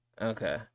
okay